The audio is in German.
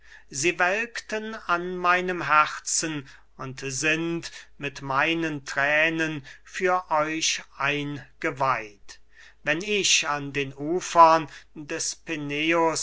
sie welkten an meinem herzen und sind mit meinen thränen für euch eingeweiht wenn ich an den ufern des